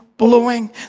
blowing